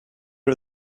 are